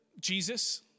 Jesus